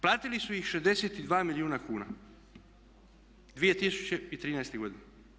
Platili su ih 62 milijuna kuna 2013.godine.